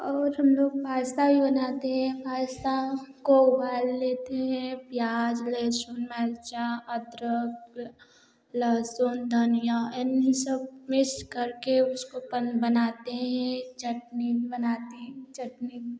और हम लोग पास्ता भी बनाते हैं पास्ता को उबाल लेते हैं प्याज लहसुन मिर्चा अदरक लहसुन धनिया इन्हीं सब मिक्स करके उसको अपन बनाते हैं चटनी भी बनाते हैं चटनी भी